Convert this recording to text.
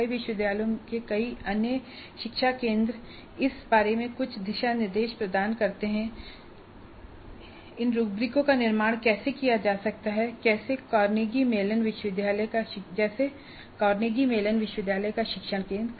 कई विश्वविद्यालयों के कई अन्य शिक्षा केंद्र इस बारे में कुछ दिशा निर्देश प्रदान करते हैं कि इन रूब्रिकों का निर्माण कैसे किया जा सकता है जैसे कार्नेगी मेलन विश्वविद्यालय का शिक्षण केंद्र